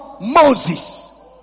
Moses